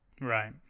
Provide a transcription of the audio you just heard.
Right